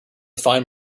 fine